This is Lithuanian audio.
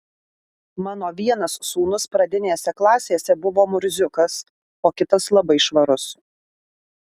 mano vienas sūnus pradinėse klasėse buvo murziukas o kitas labai švarus